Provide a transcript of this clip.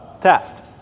test